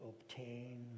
obtain